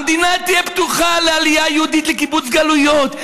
המדינה תהיה פתוחה לעלייה יהודית לקיבוץ גלויות.